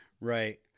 Right